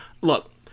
Look